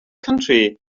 country